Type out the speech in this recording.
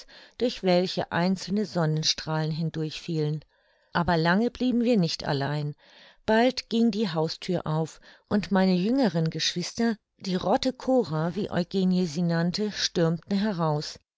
durch welche einzelne sonnenstrahlen hindurch fielen aber lange blieben wir nicht allein bald ging die hausthür auf und meine jüngeren geschwister die rotte korah wie eugenie sie nannte stürmten heraus